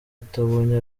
utabonye